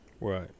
Right